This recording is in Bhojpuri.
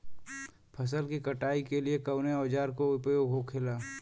फसल की कटाई के लिए कवने औजार को उपयोग हो खेला?